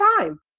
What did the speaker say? time